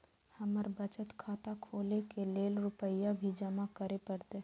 हमर बचत खाता खोले के लेल रूपया भी जमा करे परते?